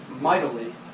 mightily